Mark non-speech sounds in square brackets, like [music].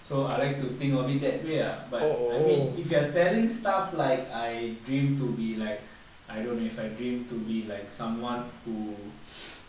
so I'd like to think of it that way ah but I mean if you are telling stuff like I dream to be like I don't know if I dream to be like someone who [breath]